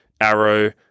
arrow